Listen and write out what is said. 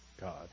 God